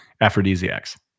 aphrodisiacs